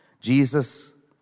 Jesus